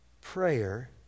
prayer